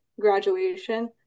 graduation